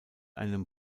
einem